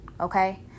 okay